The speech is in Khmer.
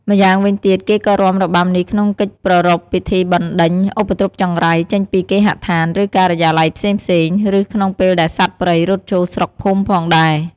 ម្យ៉ាងវិញទៀតគេក៏រាំរបាំនេះក្នុងកិច្ចប្រារព្ធពិធីបណ្ដេញឧបទ្រពចង្រៃចេញពីគេហដ្ឋាន ឬការិយាល័យផ្សេងៗ ឬក្នុងពេលដែលសត្វព្រៃរត់ចូលស្រុកភូមិផងដែរ។